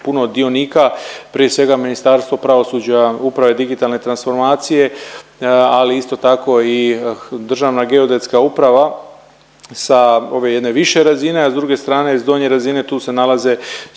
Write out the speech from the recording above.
puno dionika, prije svega Ministarstvo pravosuđa, uprave i digitalne transformacije ali isto tako i Državna geodetska uprava sa ove jedne više razine, a s druge strane s donje razine tu se nalazi sudovi,